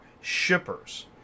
shippers